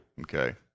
okay